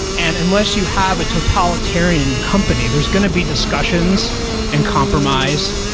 and unless you have a totalitarian company, there's going to be discussions and compromise,